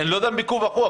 אני לא יודע אם בגוף החוק,